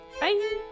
bye